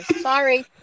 sorry